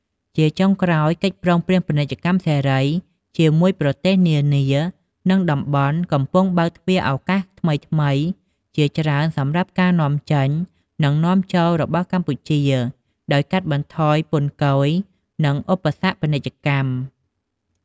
ជាចុងក្រោយ កិច្ចព្រមព្រៀងពាណិជ្ជកម្មសេរី ជាមួយប្រទេសនានា និងតំបន់កំពុងបើកទ្វារឱកាសថ្មីៗជាច្រើនសម្រាប់ការនាំចេញ និងនាំចូលរបស់កម្ពុជា ដោយកាត់បន្ថយពន្ធគយ និងឧបសគ្គពាណិជ្ជកម្ម។